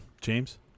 James